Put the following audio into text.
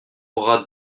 aura